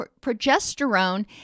progesterone